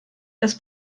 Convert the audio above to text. das